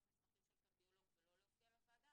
מסמכים של קרדיולוג ולא להופיע לוועדה.